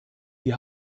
die